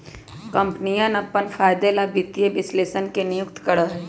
कम्पनियन अपन फायदे ला वित्तीय विश्लेषकवन के नियुक्ति करा हई